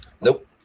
Nope